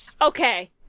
Okay